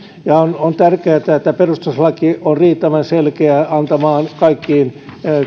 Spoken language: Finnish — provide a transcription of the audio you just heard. ja on tärkeätä että perustuslaki on riittävän selkeä antamaan kaikkiin